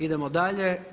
Idemo dalje.